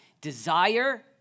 desire